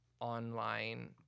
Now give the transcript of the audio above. online